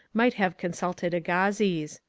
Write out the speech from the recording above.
might have consulted agassiz.